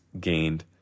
gained